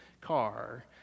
car